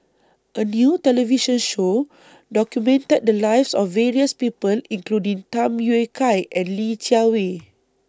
A New television Show documented The Lives of various People including Tham Yui Kai and Li Jiawei